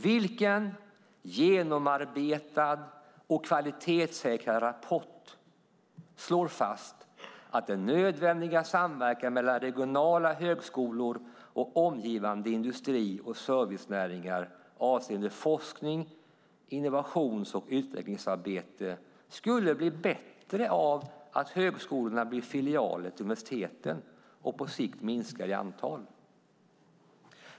"Vilken genomarbetad och kvalitetssäkrad rapport slår fast att den nödvändiga samverkan mellan regionala högskolor och omgivande industri och servicenäringar, avseende forskning, innovations och utvecklingsarbete skulle bli bättre av att högskolor blir 'filialer' till universiteten och på sikt minskar i antal?"